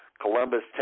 Columbus